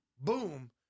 boom